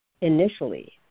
initially